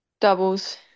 Doubles